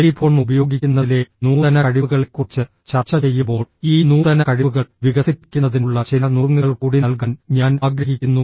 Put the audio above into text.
telephone ഉപയോഗിക്കുന്നതിലെ നൂതന കഴിവുകളെക്കുറിച്ച് ചർച്ച ചെയ്യുമ്പോൾ ഈ നൂതന കഴിവുകൾ വികസിപ്പിക്കുന്നതിനുള്ള ചില നുറുങ്ങുകൾ കൂടി നൽകാൻ ഞാൻ ആഗ്രഹിക്കുന്നു